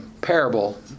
parable